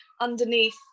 underneath